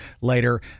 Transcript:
later